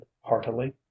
heartily